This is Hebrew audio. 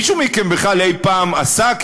מישהו מכם בכלל אי-פעם עסק,